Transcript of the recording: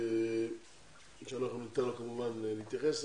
ואנחנו כמובן ניתן לו להתייחס.